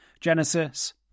Genesis